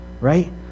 right